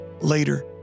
Later